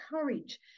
courage